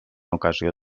ocasió